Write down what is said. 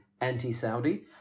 anti-Saudi